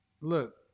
Look